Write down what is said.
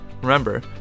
Remember